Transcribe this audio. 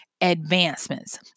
advancements